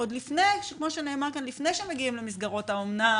עוד לפני שמגיעים למסגרות האומנה